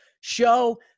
show